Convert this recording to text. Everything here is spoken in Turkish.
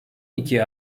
iki